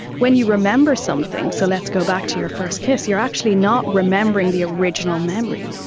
when you remember something, so let's go back to your first kiss, you're actually not remembering the original memory,